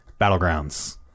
Battlegrounds